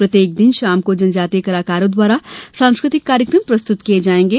प्रत्येक दिन शाम को जनजातीय कलाकारों द्वारा सांस्कृतिक कार्यक्रम प्रस्तुत किये जायेंगे